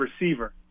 receiver